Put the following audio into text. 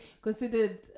considered